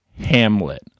Hamlet